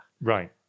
Right